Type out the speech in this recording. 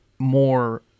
more